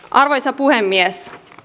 arvoisa puhemies